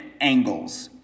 angles